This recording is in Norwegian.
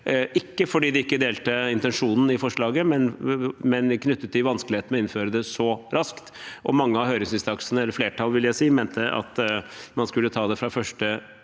ikke fordi de ikke delte intensjonen i forslaget, men det var knyttet til vanskeligheter med å innføre det så raskt. Og mange av høringsinstansene – eller flertallet, vil jeg si – mente man skulle ta det fra 1.